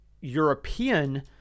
European